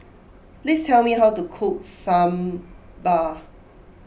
please tell me how to cook Sambar